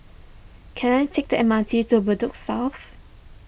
can I take the M R T to Bedok South